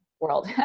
world